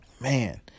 Man